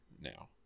now